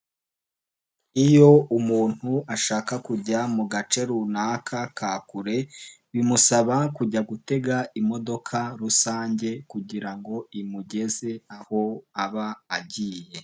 Iyo umuntu ashaka kujya mu gace runaka ka kure bimusaba kujya gutega imodoka rusange kugira ngo imugeze aho aba agiye.